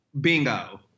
Bingo